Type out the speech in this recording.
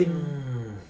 hmm